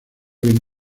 bien